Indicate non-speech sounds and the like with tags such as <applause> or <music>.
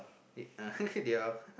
<laughs> they all